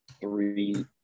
three